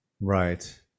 Right